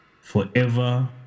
forever